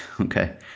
okay